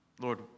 Lord